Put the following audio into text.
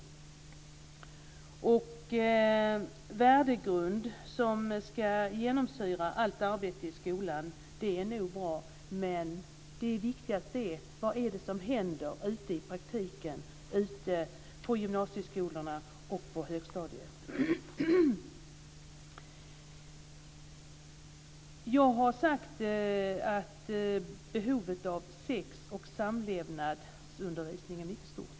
Det är nog bra med den värdegrund som ska genomsyra allt arbete i skolan, men det viktigaste är det som i praktiken händer på högstadiet och på gymnasieskolorna. Jag har sagt att behovet av sex och samlevnadsundervisning är mycket stort.